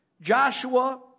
Joshua